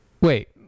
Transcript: Wait